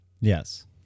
Yes